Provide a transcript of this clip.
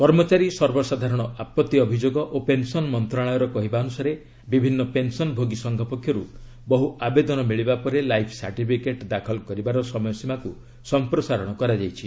କର୍ମଚାରୀ ସର୍ବସାଧାରଣ ଆପଭିଅଭିଯୋଗ ଓ ପେନ୍ସନ ମନ୍ତ୍ରଣାଳୟର କହିବା ଅନୁସାରେ ବିଭିନ୍ନ ପେନ୍ସନଭୋଗୀ ସଂଘ ପକ୍ଷରୁ ବହୁ ଆବେଦନ ମିଳିବା ପରେ ଲାଇଫ୍ ସାର୍ଟିଫିକେଟ୍ ଦାଖଲ କରିବାର ସମୟସୀମାକୁ ସମ୍ପ୍ରସାରଣ କରାଯାଇଛି